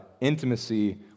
intimacy